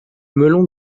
melon